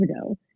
ago